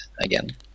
again